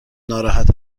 ناراحت